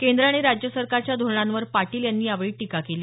केंद्र आणि राज्य सरकारच्या धोरणांवर पाटील यांनी यावेळी टीका केली